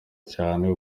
cyane